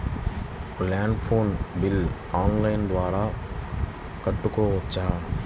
Land phone bill online ద్వారా కట్టుకోవచ్చు?